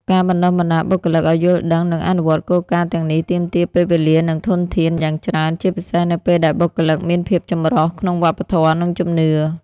ការបណ្ដុះបណ្ដាលបុគ្គលិកឱ្យយល់ដឹង និងអនុវត្តគោលការណ៍ទាំងនេះទាមទារ ពេលវេលា និងធនធាន យ៉ាងច្រើន ជាពិសេសនៅពេលដែលបុគ្គលិកមានភាពចម្រុះក្នុងវប្បធម៌ និងជំនឿ។